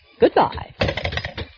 Goodbye